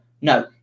no